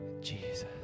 Jesus